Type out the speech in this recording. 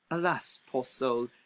alas, poor soul!